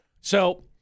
So-